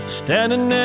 standing